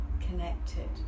connected